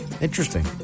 Interesting